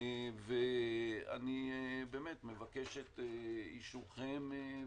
אני מבקש את אישורכם.